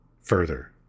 further